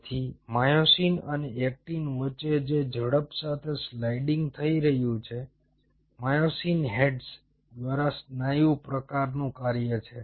તેથી માયોસિન અને એક્ટિન વચ્ચે જે ઝડપ સાથે સ્લાઇડિંગ થઈ રહ્યું છે માયોસિન હેડ્સ દ્વારા સ્નાયુ પ્રકારનું કાર્ય છે